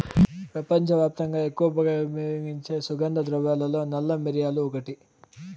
ప్రపంచవ్యాప్తంగా ఎక్కువగా ఉపయోగించే సుగంధ ద్రవ్యాలలో నల్ల మిరియాలు ఒకటి